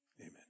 Amen